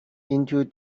into